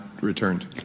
returned